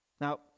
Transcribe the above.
Now